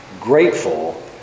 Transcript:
grateful